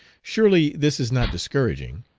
surely this is not discouraging.